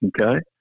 Okay